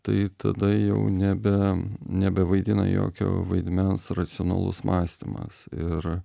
tai tada jau nebe nebevaidina jokio vaidmens racionalus mąstymas ir